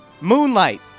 Moonlight